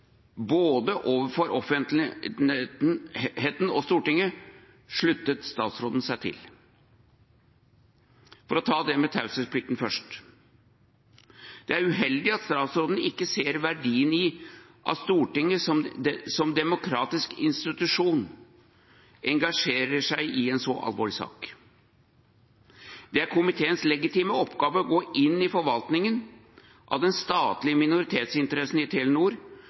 både overfor offentligheten og Stortinget, sluttet statsråden seg til. For å ta det med taushetsplikt først: Det er uheldig at statsråden ikke ser verdien i at Stortinget som demokratisk institusjon engasjerer seg i en så alvorlig sak. Det er komiteens legitime oppgave å gå inn i forvaltningen av den statlige minoritetsinteressen i